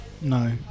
no